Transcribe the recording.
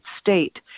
state